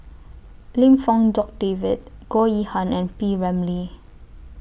Lim Fong Jock David Goh Yihan and P Ramlee